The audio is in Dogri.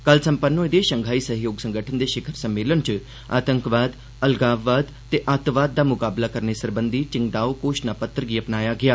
कल संपन्न होए दे शंघाई सैह्योग संगठन दे शिखर सम्मेलन च आतंकवाद अलगाववाद ते अत्तवाद दा मुकाबला करने सरबंधी चिंगदाओ घोषणा पत्तर गी अपनाया गेआ